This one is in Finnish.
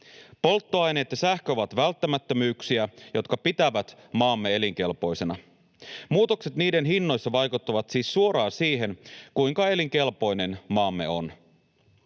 Polttoaineet ja sähkö ovat välttämättömyyksiä, jotka pitävät maamme elinkelpoisena. Muutokset niiden hinnoissa vaikuttavat siis suoraan siihen, kuinka elinkelpoinen maamme on.